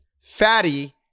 fatty